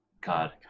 God